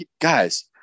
guys